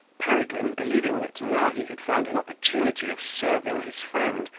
peregrine, believing that now he had found an opportunity of serving his friend,